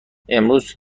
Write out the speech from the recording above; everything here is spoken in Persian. امروز